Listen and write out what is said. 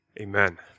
Amen